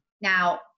Now